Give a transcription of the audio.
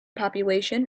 population